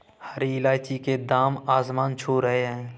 हरी इलायची के दाम आसमान छू रहे हैं